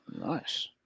Nice